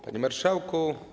Panie Marszałku!